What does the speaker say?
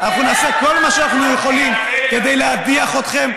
אנחנו נעשה כל מה שאנחנו יכולים כדי להדיח אתכם,